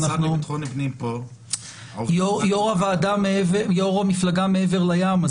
יו"ר המפלגה מעבר לים,